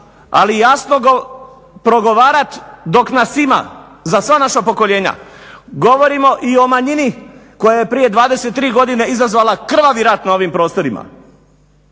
ali jasno progovarati dok nas ima za sva naša pokoljenja govorimo i o manjini koja je prije 23 godine izazvala krvavi rat na ovim prostorima,